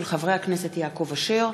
של חברי הכנסת יעקב אשר,